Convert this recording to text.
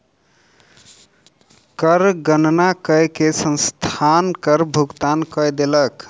कर गणना कय के संस्थान कर भुगतान कय देलक